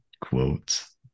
quotes